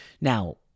Now